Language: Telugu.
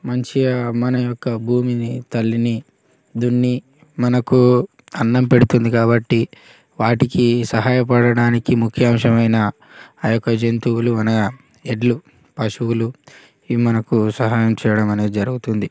మంచిగా మన యొక్క భూమిని తల్లిని దున్ని మనకు అన్నం పెడుతుంది కాబట్టి వాటికి సహాయపడడానికి ముఖ్య అవసరమైన ఆ యొక్క జంతువులు అనగా ఎడ్లు పశువులు ఈ మనకు సహాయం చేయడం అనేది జరుగుతుంది